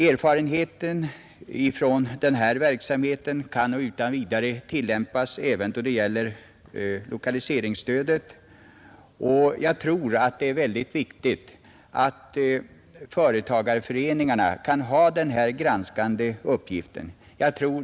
Erfarenheterna från den verksamheten kan utan vidare tillämpas även då det gäller lokaliseringsstödet, och jag tror att det är mycket viktigt att företagareföreningarna har denna granskande uppgift.